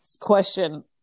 question